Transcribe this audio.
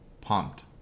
pumped